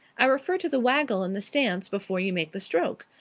i refer to the waggle and the stance before you make the stroke.